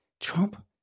Trump